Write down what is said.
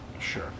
Sure